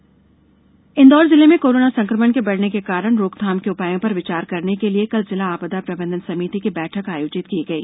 corona रोकथाम अभियान इंदौर जिले में कोरोना संक्रमण के बढ़ने के कारणों और रोकथाम के उपायों पर विचार करने के लिए कल जिला आपदा प्रबंधन समिति की बैठक आयोजित की गई